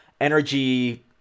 energy